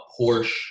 Porsche